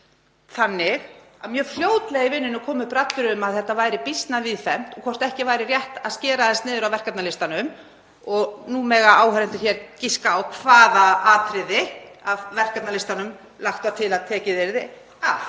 þannig að mjög fljótlega í vinnunni komu upp raddir um að þetta væri býsna víðfemt, hvort ekki væri rétt að skera aðeins niður af verkefnalistanum. Nú mega áheyrendur giska á hvaða atriði af verkefnalistanum var lagt til að tekið yrði af.